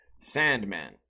Sandman